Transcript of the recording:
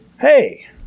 Hey